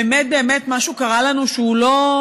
באמת באמת משהו קרה לנו שהוא לא,